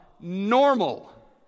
normal